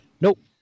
nope